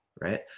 right